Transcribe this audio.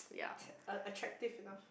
t~ uh attractive enough